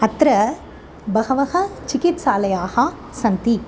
अत्र बहवः चिकित्सालयाः सन्ति